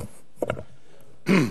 אני